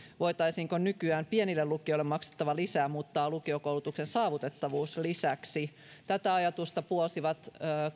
voitaisiinko nykyään pienille lukioille maksettava lisä muuttaa lukiokoulutuksen saavutettavuuslisäksi tätä ajatusta puolsivat